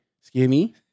Skinny